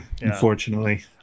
Unfortunately